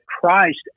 Christ